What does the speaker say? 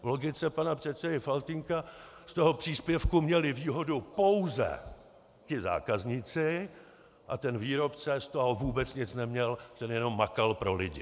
V logice pana předsedy Faltýnka z toho příspěvku měli výhodu pouze ti zákazníci a ten výrobce z toho vůbec nic neměl, ten jenom makal pro lidi.